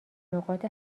نقاط